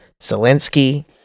Zelensky